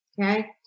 Okay